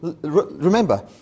Remember